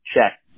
check